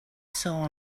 saw